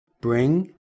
bring